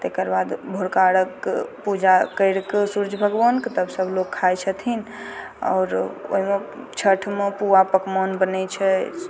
ताहिके बाद भोरका अर्घ्य पूजा कैरि कऽ सूर्ज भगवानके तब सब लोग खाइ छथिन आओर ओहिमे छठिमे पुआ पकमान बनै छै